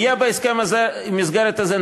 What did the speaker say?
יהיה בהסכם מסגרת הזה,